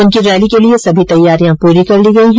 उनकी रैली के लिए भी सभी तैयारियां पूरी कर ली गई हैं